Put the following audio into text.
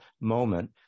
moment